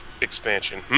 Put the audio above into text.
expansion